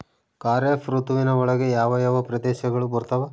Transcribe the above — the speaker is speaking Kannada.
ಖಾರೇಫ್ ಋತುವಿನ ಒಳಗೆ ಯಾವ ಯಾವ ಪ್ರದೇಶಗಳು ಬರ್ತಾವ?